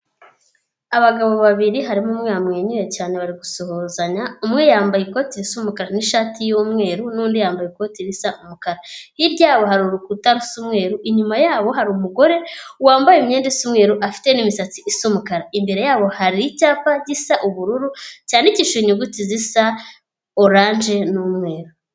Abagabo babiri harimo umwe yamwenyura cyane bari gusuhuzanya, umwe yambaye ikoti risa umukara n'ishati y'umweru, n'undi yambaye ikoti risa umukara. Hirya yabo hari urukuta rusa umweru, inyuma yabo hari umugore wambaye imyenda isa umweru afite n'misatsi isa umukara. Imbere yabo hari icyapa gisa ubururu cyandikishije inyuguti zisa oranje n'umweru.